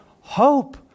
hope